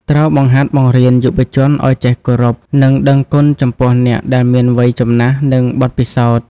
ត្រូវបង្ហាត់បង្រៀនយុវជនឲ្យចេះគោរព និងដឹងគុណចំពោះអ្នកដែលមានវ័យចំណាស់ និងបទពិសោធន៍។